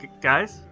Guys